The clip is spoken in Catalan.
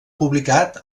publicat